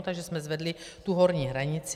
Takže jsme zvedli tu horní hranici.